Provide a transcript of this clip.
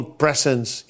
presence